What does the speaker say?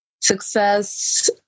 Success